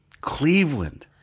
Cleveland